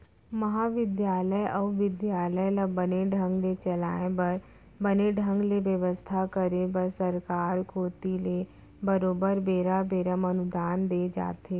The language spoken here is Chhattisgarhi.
महाबिद्यालय अउ बिद्यालय ल बने ढंग ले चलाय बर बने ढंग ले बेवस्था करे बर सरकार कोती ले बरोबर बेरा बेरा म अनुदान दे जाथे